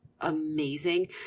amazing